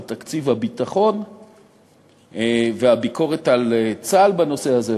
תקציב הביטחון והביקורת על צה"ל בנושא הזה,